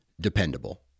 dependable